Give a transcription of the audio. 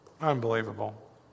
Unbelievable